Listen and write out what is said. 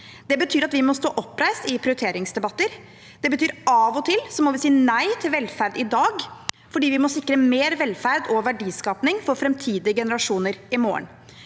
Det betyr at vi må stå oppreist i prioriteringsdebatter. Det betyr at vi av og til må si nei til velferd i dag fordi vi må sikre mer velferd og verdiskaping for framtidige generasjoner i morgen.